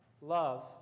love